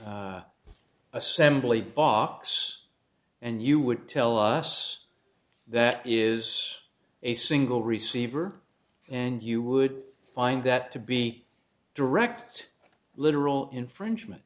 assembly box and you would tell us that is a single receiver and you would find that to be direct literal infringement